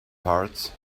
parts